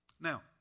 Now